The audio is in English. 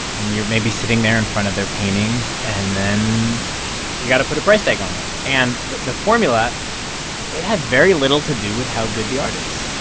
and you're maybe sitting there in front of their paintings, and then you got to put a price tag on it. and the the formula it has very little to do with how good the art is